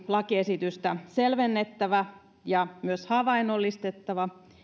lakiesitystä olisi selvennettävä ja olisi myös havainnollistettava